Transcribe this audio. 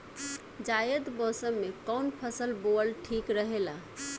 जायद मौसम में कउन फसल बोअल ठीक रहेला?